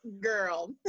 girl